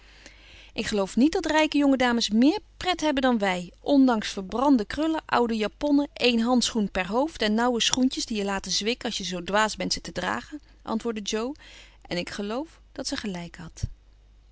ik geloof niet dat rijke jonge dames meer pret hebben dan wij ondanks verbrande krullen oude japonnen één handschoen per hoofd en nauwe schoentjes die je laten zwikken als je zoo dwaas bent ze te dragen antwoordde jo en ik geloof dat ze gelijk had